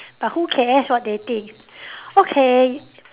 but who cares what they think okay